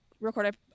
record